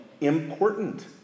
important